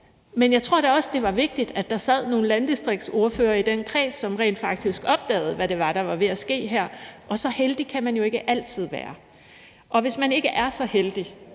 Men jeg tror da også, at det var vigtigt, at der sad nogle landdistriktsordførere i den kreds, som rent faktisk opdagede, hvad det var, der var ved at ske her. Så heldig kan man ikke altid være, og hvis man ikke er så heldig,